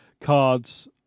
cards